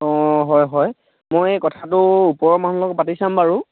অঁ হয় হয় মই এই কথাটো ওপৰৰ মানুহৰ লগত পাতি চাম বাৰু